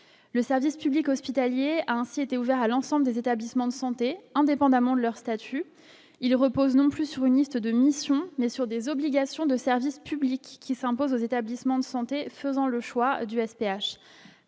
le service public hospitalier a ainsi été ouvert à l'ensemble des établissements de santé, indépendamment de leur statut, il repose non plus sur une liste de mission mais sur des obligations de service public qui s'impose aux établissements de santé, faisant le choix du SPA